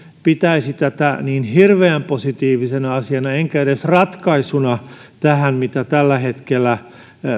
pitäisi tätä niin hirveän positiivisena asiana enkä edes ratkaisuna tähän mitä tällä hetkellä